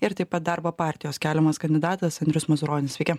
ir taip pat darbo partijos keliamas kandidatas andrius mazuronis sveiki